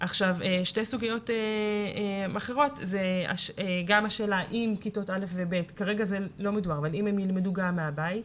שתי סוגיות אחרות: אם כיתות א' ו-ב' ילמדו גם מהבית,